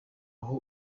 naho